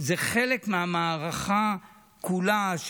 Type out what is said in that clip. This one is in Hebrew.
זה חלק מהמערכה כולה,